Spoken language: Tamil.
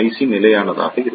சி நிலையானதாக இருக்கும்